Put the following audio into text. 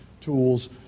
tools